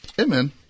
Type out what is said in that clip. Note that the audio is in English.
Amen